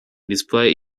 display